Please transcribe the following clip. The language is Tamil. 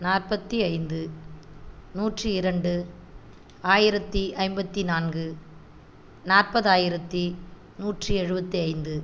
நாற்பத்தி ஐந்து நூற்றி இரண்டு ஆயிரத்தி ஐம்பத்தி நான்கு நாற்பதாயிரத்தி நூற்றி எழுபத்தி ஐந்து